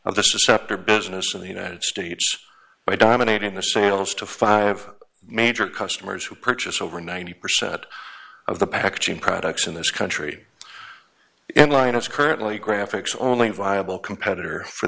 of the scepter business in the united states by dominating the sales to five major customers who purchase over ninety percent of the packaging products in this country and line is currently graphics only viable competitor for